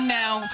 now